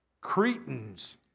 Cretans